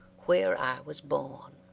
where i was born